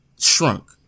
shrunk